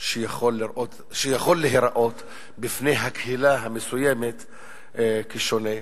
שיכול להיראות בעיני הקהילה המסוימת כשונה.